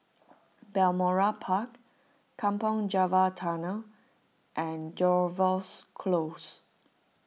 Balmoral Park Kampong Java Tunnel and Jervois Close